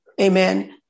Amen